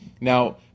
Now